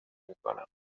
میکنم